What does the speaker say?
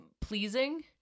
pleasing